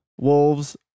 Wolves